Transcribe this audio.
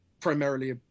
primarily